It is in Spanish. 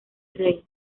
rey